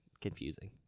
confusing